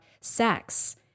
sex